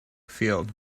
field